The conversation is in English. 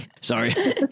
Sorry